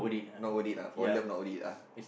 not worth it lah for love not worth it lah